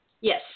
yes